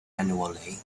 annually